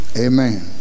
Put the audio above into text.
amen